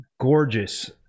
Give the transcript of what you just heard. gorgeous